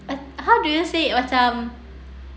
how do you say it macam